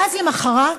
ואז למוחרת